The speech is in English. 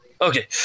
Okay